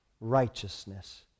righteousness